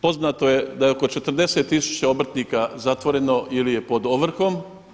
Poznato je da je oko 40 tisuća obrtnika zatvoreno ili je pod ovrhom.